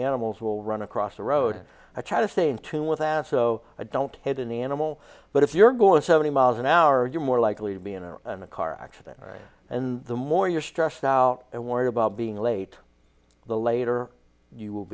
animals will run across the road and i try to stay in tune with ass so i don't hit an animal but if you're going seventy miles an hour you're more likely to be in a car accident and the more you're stressed out and worry about being late the later you will